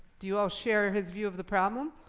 do you all share his view of the problem.